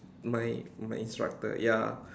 my my instructor ya